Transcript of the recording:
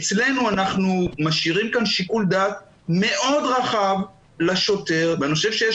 אצלנו אנחנו משאירים כאן שיקול דעת מאוד רחב לשוטר ואני חושב שיש